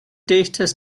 data